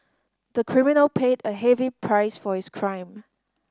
the criminal paid a heavy price for his crime